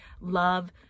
love